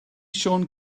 siôn